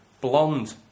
blonde